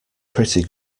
pretty